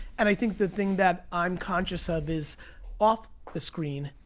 and i think the thing that i'm conscious of is off the screen,